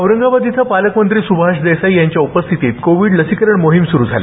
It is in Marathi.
औरंगाबाद इथं पालकमंत्री सुभाष देसाई यांच्या उपस्थितीत कोविड लसीकरण मोहीम सुरू झाली